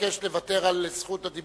מבקש לוותר על רשות הדיבור.